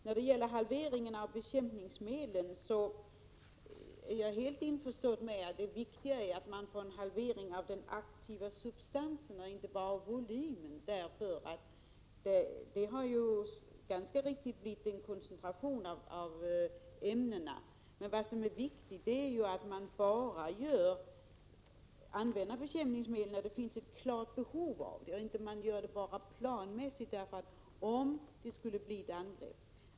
När det gäller halveringen av bekämpningsmedlen instämmer jag helt i att det väsentliga är att vi får en halvering av den aktiva substansen och inte bara av volymen. Det har mycket riktigt skett en koncentration av ämnena. Det viktiga är att man bara använder bekämpningsmedlen när det finns ett klart behov och att man inte gör det planmässigt, ifall det skulle bli ett angrepp.